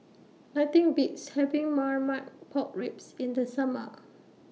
Nothing Beats having Marmite Pork Ribs in The Summer